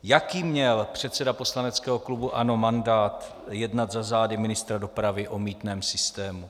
Jaký měl předseda poslaneckého klubu ANO mandát jednat za zády ministra dopravy o mýtném systému?